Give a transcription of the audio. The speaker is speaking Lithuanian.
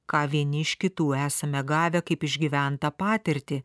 ką vieni iš kitų esame gavę kaip išgyventą patirtį